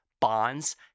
bonds